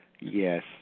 Yes